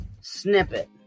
snippet